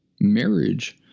Marriage